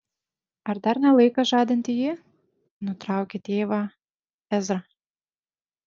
ar dar ne laikas žadinti jį nutraukė tėvą ezra